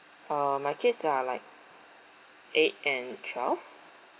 uh my kids are like eight and twelve